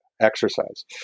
exercise